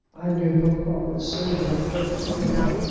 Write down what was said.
i knew papa would say that but, mamma,